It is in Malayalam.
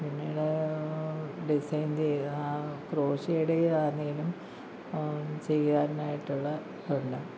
പിന്നീട് ഡിസൈൻ ചെയ്ത് ആ ക്രോഷേയുടെ ആണെങ്കിലും ചെയ്യാനായിട്ടുള്ള പിന്നെ